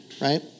right